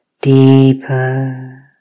deeper